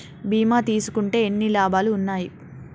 బీమా తీసుకుంటే ఎన్ని లాభాలు ఉన్నాయి?